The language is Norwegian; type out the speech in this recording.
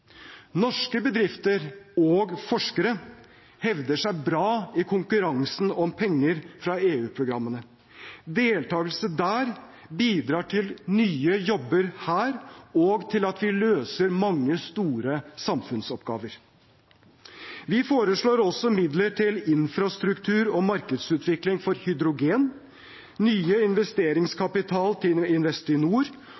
Norske bedrifter og forskere hevder seg bra i konkurransen om penger fra EU-programmene. Deltagelse der bidrar til nye jobber her og til at vi løser mange store samfunnsoppgaver. Vi foreslår også midler til infrastruktur og markedsutvikling for hydrogen,